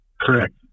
Correct